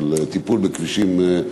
של טיפול בכבישים.